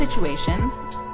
situations